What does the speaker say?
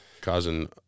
causing